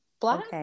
black